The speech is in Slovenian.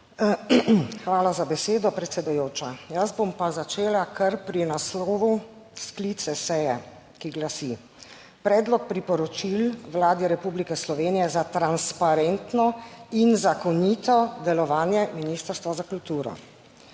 Hvala za besedo, predsedujoča. Jaz bom pa začela kar pri naslovu sklica seje, ki glasi: Predlog priporočil Vladi Republike Slovenije za transparentno in zakonito delovanje Ministrstva za kulturo.